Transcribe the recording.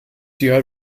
jahr